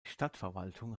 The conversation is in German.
stadtverwaltung